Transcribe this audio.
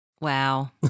Wow